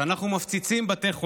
שאנחנו מפציצים בתי חולים.